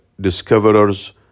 discoverers